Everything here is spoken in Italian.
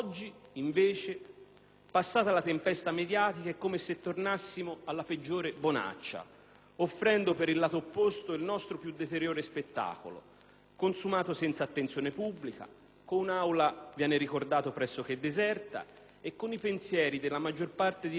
passata la tempesta mediatica, è come se tornassimo alla peggiore bonaccia, offrendo per il lato opposto il nostro più deteriore spettacolo, consumato senza attenzione pubblica, con un'Aula -viene ricordato - pressoché deserta e con i pensieri della maggior parte di noi rivolti altrove,